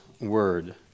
word